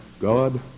God